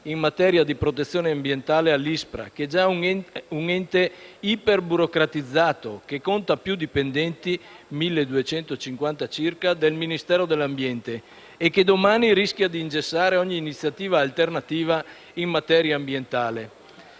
in materia di protezione ambientale all'ISPRA, che già è un ente iperburocratizzato che conta più dipendenti, 1.250 circa, del Ministero dell'ambiente e che un domani rischia di ingessare ogni iniziativa "alternativa" in materia ambientale.